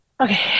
okay